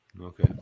Okay